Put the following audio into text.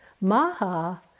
maha